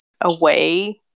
away